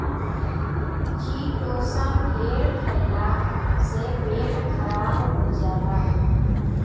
chitosan ढेर खईला से पेट खराब हो जाला